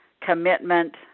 commitment